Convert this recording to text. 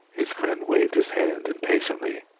his friend waved his hand impatiently.